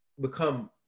become